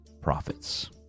Prophets